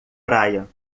praia